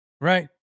Right